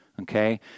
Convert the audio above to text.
okay